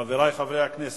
חברי חברי הכנסת,